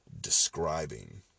describing